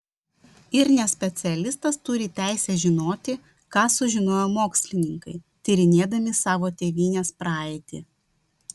ir nespecialistas turi teisę žinoti ką sužinojo mokslininkai tyrinėdami savo tėvynės praeitį